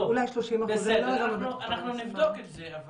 אנחנו נבדוק את זה.